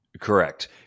Correct